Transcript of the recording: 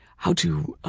how to